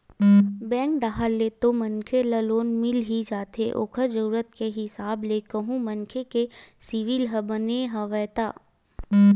bank डाहर ले तो मनखे ल लोन मिल ही जाथे ओखर जरुरत के हिसाब ले कहूं मनखे के सिविल ह बने हवय ता